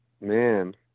Man